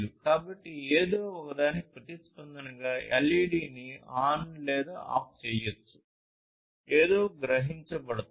కాబట్టి ఏదో ఒకదానికి ప్రతిస్పందనగా LED ని ఆన్ లేదా ఆఫ్ చేయవచ్చు ఏదో గ్రహించబడుతోంది